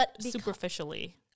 superficially